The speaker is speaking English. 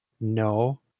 no